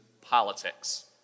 politics